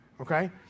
okay